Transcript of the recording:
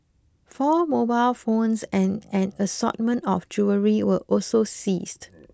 four mobile phones and an assortment of jewellery were also seized